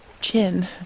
chin